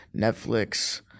netflix